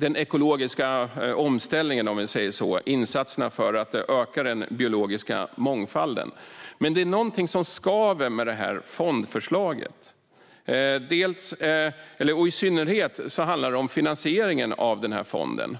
den ekologiska omställningen, om vi säger så, eller insatserna för att öka den biologiska mångfalden. Men det är någonting som skaver med detta fondförslag. I synnerhet handlar det om finansieringen av fonden.